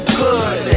good